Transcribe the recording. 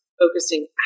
focusing